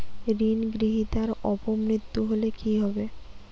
ঋণ গ্রহীতার অপ মৃত্যু হলে কি হবে?